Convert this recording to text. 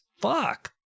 Fuck